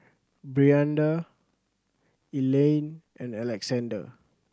Brianda Elayne and Alexander